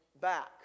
back